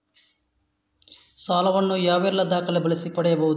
ಸಾಲ ವನ್ನು ಯಾವೆಲ್ಲ ದಾಖಲೆ ಬಳಸಿ ಪಡೆಯಬಹುದು?